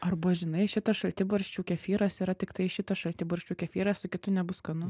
arba žinai šitas šaltibarščių kefyras yra tiktai šitas šaltibarščių kefyras su kitu nebus skanu